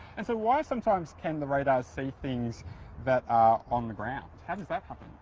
and so why sometimes can the radar see things that are on the ground? how does that happen?